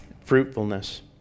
fruitfulness